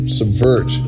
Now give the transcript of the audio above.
subvert